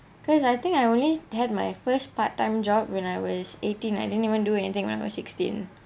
because I think I only had my first part time job when I was eighteen I didn't even do anything when I was sixteen